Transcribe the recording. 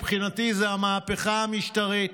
מבחינתי זה המהפכה המשטרית,